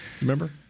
Remember